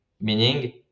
meaning